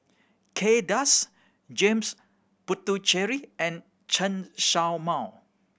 Kay Das James Puthucheary and Chen Show Mao